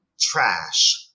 Trash